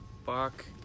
fuck